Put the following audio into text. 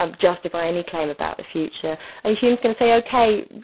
um justify any claim about the future, and hume's going to say, ok,